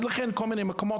אז לכן כל מיני מקומות,